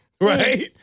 Right